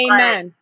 Amen